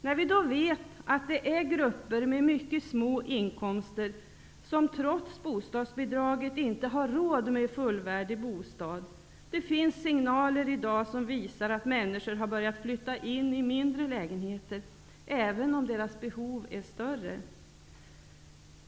Men vi vet att det finns grupper med mycket små inkomster, som trots bostadsbidraget inte har råd med en fullvärdig bostad. Det finns i dag signaler som visar att människor har börjat flytta in i mindre lägenheter, även om deras behov är större.